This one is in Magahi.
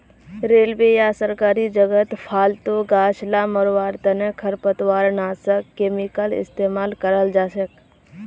रेलवे या सरकारी जगहत फालतू गाछ ला मरवार तने खरपतवारनाशक केमिकल इस्तेमाल कराल जाछेक